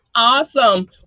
awesome